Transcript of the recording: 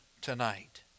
tonight